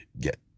get